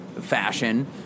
fashion